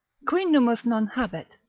qui nummos non habet,